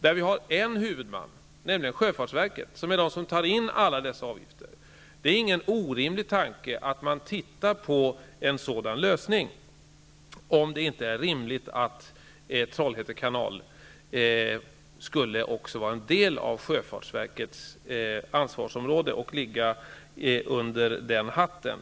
där det finns en huvudman, nämligen sjöfartsverket, som tar in alla dessa avgifter. Det är ingen orimlig tanke att man tittar på en sådan lösning om det inte är rimligt att Trollhätte kanal skulle vara en del av sjöfartsverkets ansvarsområde och så att säga ligga under den hatten.